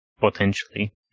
Potentially